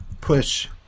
push